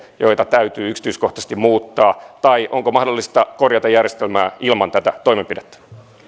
joita täytyy yksityiskohtaisesti muuttaa tai onko mahdollista korjata järjestelmää ilman tätä toimenpidettä